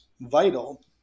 vital